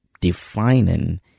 defining